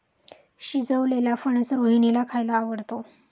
शिजवलेलेला फणस रोहिणीला खायला आवडतो